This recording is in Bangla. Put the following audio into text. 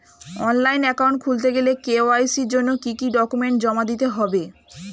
অনলাইন একাউন্ট খুলতে গেলে কে.ওয়াই.সি জন্য কি কি ডকুমেন্ট জমা দিতে হবে?